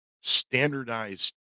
standardized